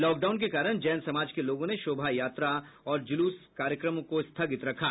lockdown के कारण जैन समाज के लोगों ने शोभा यात्राएं और जुलूस कार्यक्रमों को स्थगित रखा